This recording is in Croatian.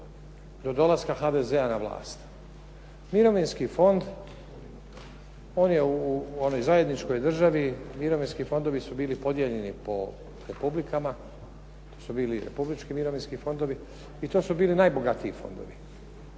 do dolaska HDZ-a na vlast Mirovinski fond on je u onoj zajedničkoj državi mirovinski fondovi su bili podijeljeni po republikama, to su bili republički mirovinski fondovi i to su bili najbogatiji fondovi.